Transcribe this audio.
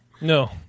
No